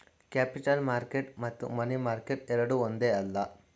capital market ಮತ್ತು money market ಎರಡೂ ಒಂದೇ ಅಲ್ಲ